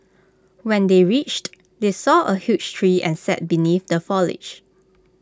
when they reached they saw A huge tree and sat beneath the foliage